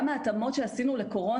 גם ההתאמות שעשינו לקורונה,